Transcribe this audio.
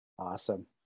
Awesome